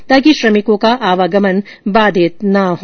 ताकि श्रमिकों का आवागमन बाधित न हो